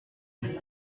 und